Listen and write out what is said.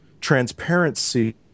transparency